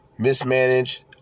mismanaged